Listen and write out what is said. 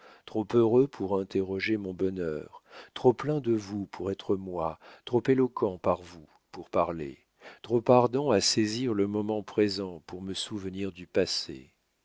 trop heureux pour interroger mon bonheur trop plein de vous pour être moi trop éloquent par vous pour parler trop ardent à saisir le moment présent pour me souvenir du passé